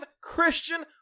Christian